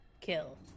Kill